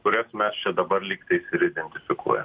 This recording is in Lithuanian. kurias mes čia dabar lygtais ir identifikuoja